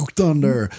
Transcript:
Thunder